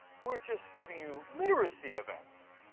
we are just giving you literacy events.